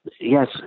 Yes